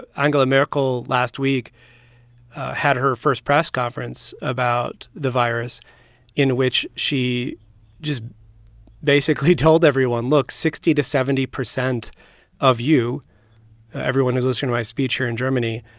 angela merkel last week had her first press conference about the virus in which she just basically told everyone, look sixty percent to seventy percent of you everyone who's listening to my speech here in germany,